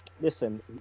listen